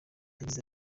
yagize